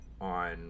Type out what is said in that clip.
on